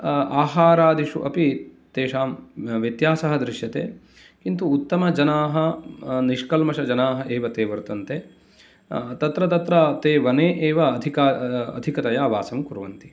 आहारादिषु अपि तेषां व्यत्यासः दृश्यते किन्तु उत्तमजनाः निष्कल्मषजनाः एव ते वर्तन्ते तत्र तत्र ते वने एव अधिका अधिकतया वासं कुर्वन्ति